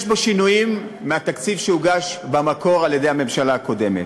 יש בו שינויים לעומת התקציב שהוגש במקור על-ידי הממשלה הקודמת.